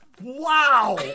Wow